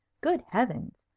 good heavens!